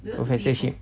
professorship